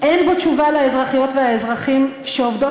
אין בו תשובה לאזרחיות ולאזרחים שעובדות